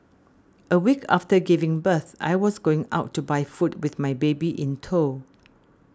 a week after giving birth I was going out to buy food with my baby in tow